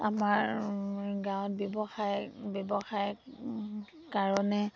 আমাৰ গাঁৱত ব্যৱসায় ব্যৱসায়ৰ কাৰণে